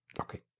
Okay